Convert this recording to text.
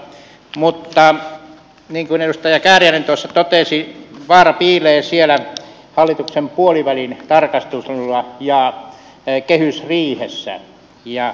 mutta niin kuin edustaja kääriäinen tuossa totesi vaara piilee siellä hallituksen puolivälitarkistuksessa ja kehysriihessä